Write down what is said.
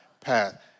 path